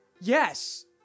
Yes